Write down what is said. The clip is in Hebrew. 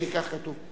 כי כך כתוב.